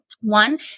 One